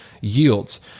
yields